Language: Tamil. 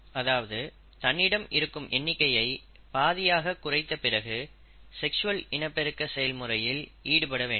அதாவது தன்னிடம் இருக்கும் எண்ணிக்கையை பாதியாக குறைத்த பிறகு செக்ஸ்வல் இனப்பெருக்க செயல்முறையில் ஈடுபட வேண்டும்